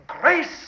grace